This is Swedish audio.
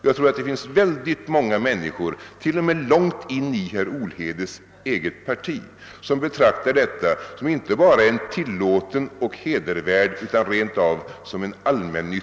Jag tror all det finns väldigt många människor, till och med långt in i herr Olhedes eget parti, som betraktar detta som inte hara en tillåten och hedervärd utan rent